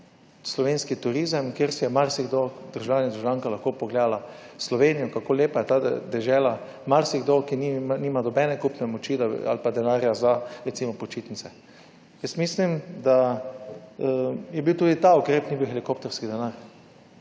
(nadaljevanje) kjer si je marsikdo, državljan in državljanka lahko pogledala Slovenijo, kako lepa je ta dežela, marsikdo, ki nima nobene kupne moči ali pa denarja za recimo počitnice. Jaz mislim, da je bil tudi ta ukrep, ni bil helikopterski denar.